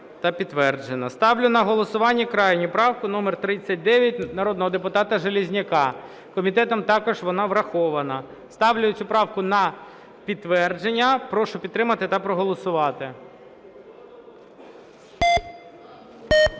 Ставлю на голосування крайню правку номер 39 народного депутата Железняка. Комітетом також вона врахована. Ставлю цю правку на підтвердження. Прошу підтримати та проголосувати.